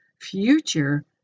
future